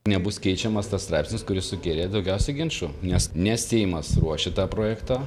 nebus keičiamas tas straipsnis kuris sukėlė daugiausiai ginčų nes ne seimas ruošia tą projektą